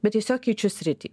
bet tiesiog keičiu sritį